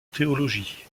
théologie